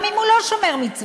גם אם הוא לא שומר מצוות,